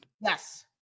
Yes